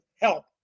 help